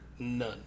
None